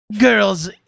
girls